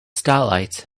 starlight